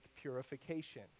purification